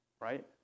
right